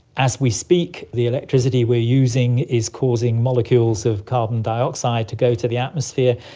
as we speak, the electricity we're using is causing molecules of carbon dioxide to go to the atmosphere,